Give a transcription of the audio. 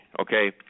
okay